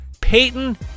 Peyton